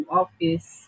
office